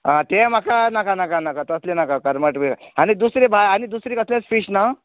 आं तें म्हाका नाका नाका नाका नाका तसले नाका कर्मट बी आनी दुसरे कसले दुसरे कसले फिश ना